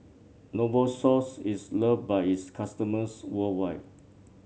novosource is loved by its customers worldwide